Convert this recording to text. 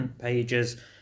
pages